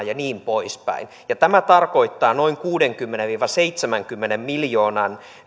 ja niin poispäin tämä tarkoittaa noin kuudenkymmenen viiva seitsemänkymmenen miljoonan